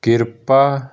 ਕਿਰਪਾ